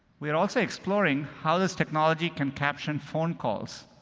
we're also exploring how this technology can caption phone calls.